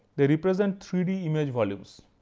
they represent three d image volumes.